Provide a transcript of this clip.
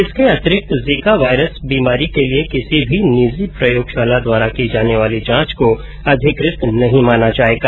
इसके अतिरिक्त Zika virus बीमारी के लिये किसी भी निजी प्रयोगशाला द्वारा की जाने वाली जांच को अधिकृत नहीं माना जायेगा